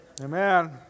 Amen